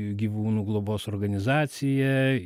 gyvūnų globos organizaciją